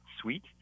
sweet